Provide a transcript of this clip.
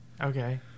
Okay